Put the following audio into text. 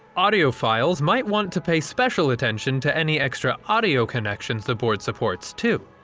audiophiles might want to pay special attention to any extra audio connections the board supports too.